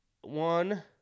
one